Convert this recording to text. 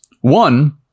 One